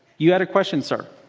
you had a question sir?